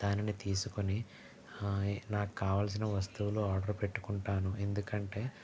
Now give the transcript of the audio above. దానిని తీసుకిని నాకు కావల్సిన వస్తువులు ఆర్డరు పెట్టుకుంటాను ఎందుకంటే